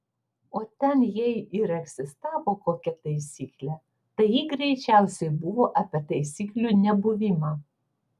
o ten jei ir egzistavo kokia taisyklė tai ji greičiausiai buvo apie taisyklių nebuvimą